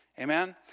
Amen